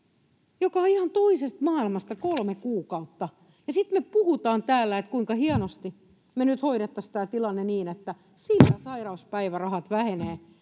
joka on ihan toisesta maailmasta: kolme kuukautta. Ja sitten me puhutaan täällä, että kuinka hienosti me nyt hoidettaisiin tämä tilanne niin, että siinä sairauspäivärahat vähenevät,